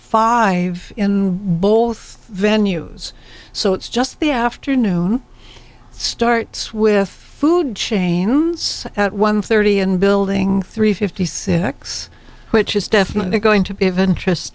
five in both venue's so it's just the afternoon starts with food chains at one thirty and building three fifty six which is definitely going to be of interest